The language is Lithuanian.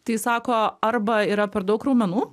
tai sako arba yra per daug raumenų